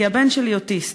כי הבן שלי אוטיסט.